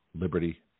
liberty